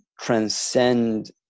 Transcend